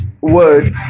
word